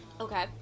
Okay